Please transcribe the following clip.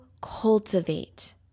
cultivate